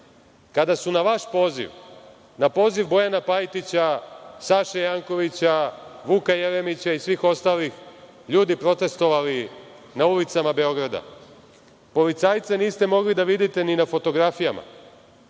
kada su na vaš poziv, na poziv Bojana Pajtića, Saše Jankovića, Vuka Jeremića i svih ostalih ljudi protestvovali na ulicama Beograda? Policajca niste mogli da vidite ni na fotografijama.